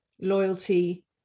loyalty